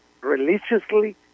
religiously